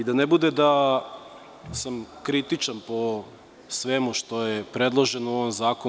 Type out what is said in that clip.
Da ne bude da sam kritičan po svemu što je predloženo u ovom zakonu.